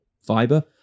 fiber